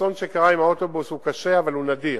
אסון האוטובוס הוא קשה אבל נדיר.